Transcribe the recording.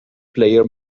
player